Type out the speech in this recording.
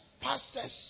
pastors